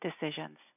decisions